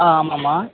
ஆ ஆமாம்மா